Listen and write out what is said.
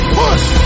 push